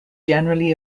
generally